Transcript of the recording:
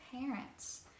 parents